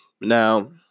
Now